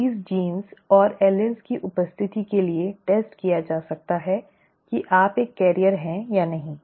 रोग जीन और एलील्स की उपस्थिति के लिए परीक्षण किया जा सकता है कि आप एक वाहक हैं या नहीं